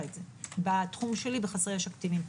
את זה בתחום שלי בחסרי ישע קטינים.